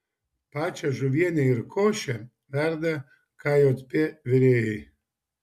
pačią žuvienę ir košę verda kjp virėjai